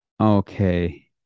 Okay